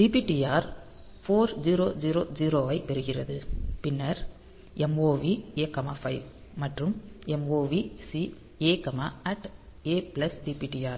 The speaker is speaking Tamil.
dptr 4000 ஐப் பெறுகிறது பின்னர் MOV A 5 மற்றும் MOVC A Adptr